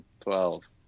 twelve